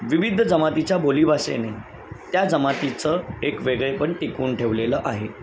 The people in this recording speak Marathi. विविध जमातीच्या बोलीभाषेने त्या जमातीचं एक वेगळेपण टिकवून ठेवलेलं आहे